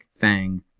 Fang